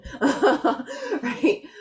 Right